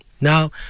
Now